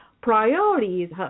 Priorities